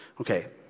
Okay